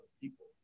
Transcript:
people